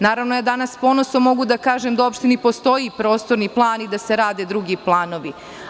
Naravno, danas s ponosom mogu da kažem da u opštini postoji prostorni plan i da se rade drugi planovi.